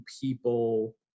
people